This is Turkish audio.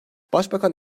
başbakan